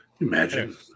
imagine